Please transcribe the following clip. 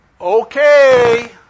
okay